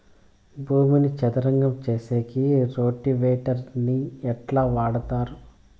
భూమిని చదరం సేసేకి రోటివేటర్ ని ఎట్లా వాడుతారు?